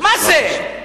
מה זה?